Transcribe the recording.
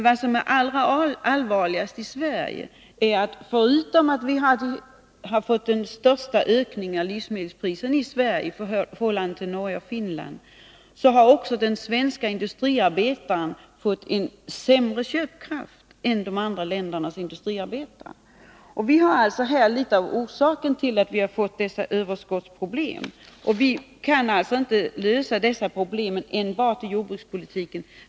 Vad som är allra allvarligast i Sverige är att förutom att vi har fått en större ökning av livsmedelspriserna än man har haft i Norge och Finland, har också den svenske industriarbetaren fått sämre köpkraft än industriarbetare i de andra länderna. Här finns en del av orsaken till att vi har fått överskottsproblem, och vi kan alltså inte lösa dessa problem enbart inom jordbrukspolitiken.